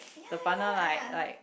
ya ya ya